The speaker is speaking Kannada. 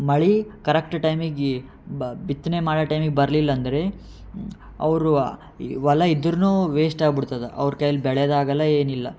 ಮಳೆ ಕರೆಕ್ಟ್ ಟೈಮಿಗೆ ಬ ಬಿತ್ತನೆ ಮಾಡೋ ಟೈಮಿಗೆ ಬರ್ಲಿಲ್ಲ ಅಂದರೆ ಅವರು ಈ ಹೊಲ ಇದ್ರೂನೂ ವೇಸ್ಟ್ ಆಗ್ಬಿಡ್ತದೆ ಅವ್ರ ಕೈಲಿ ಬೆಳೆದು ಆಗಲ್ಲ ಏನಿಲ್ಲ